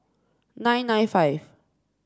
nine nine five